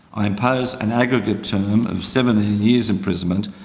i impose an aggregate term of seventeen years imprisonment.